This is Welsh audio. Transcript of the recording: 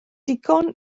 digon